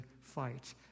fight